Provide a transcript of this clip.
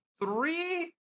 three